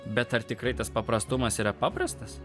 bet ar tikrai tas paprastumas yra paprastas